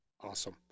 Awesome